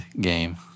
game